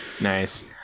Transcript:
Nice